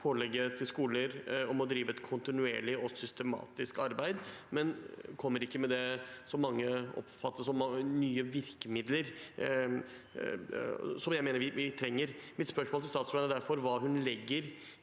pålegg til skoler om å drive et kontinuerlig og systematisk arbeid, men kommer ikke med nye virkemidler, som jeg mener vi trenger. Mitt spørsmål til statsråden er derfor hva hun legger